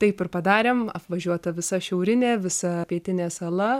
taip ir padarėm apvažiuota visa šiaurinė visa pietinė sala